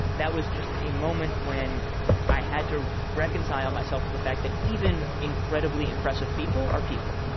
that was just a moment when i had to reconcile myself to the fact that even incredibly impressive people are people.